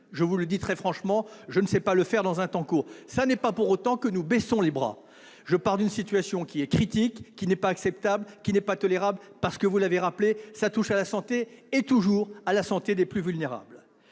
Je vous le dis très franchement, je ne sais pas le faire dans un temps court. Ce n'est pas pour autant que nous baissons les bras. Je pars d'une situation critique, qui n'est ni acceptable ni tolérable, parce que, vous l'avez rappelé, cela touche à la santé, et toujours à celle des plus vulnérables.